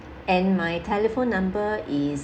and my telephone number is